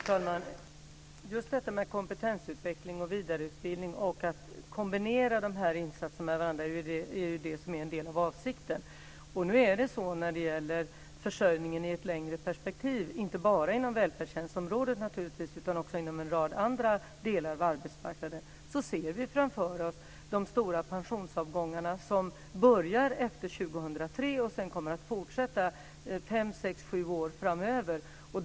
Fru talman! Just kompetensutveckling och vidareutbildning samt att kombinera de här insatserna med varandra är en del av avsikten. När det gäller försörjningen i ett längre perspektiv, inte bara inom välfärdstjänstområdet utan naturligtvis också inom en rad andra delar av arbetsmarknaden, ser vi framför oss de stora pensionsavgångar som börjar efter 2003 och sedan kommer att fortsätta fem sex sju år framöver.